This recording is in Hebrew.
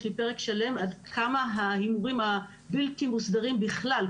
יש לי פרק שלם לגבי עד כמה ההימורים הבלתי מוסדרים בכלל,